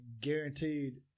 guaranteed